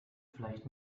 vielleicht